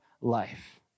life